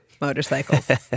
motorcycles